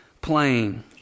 plain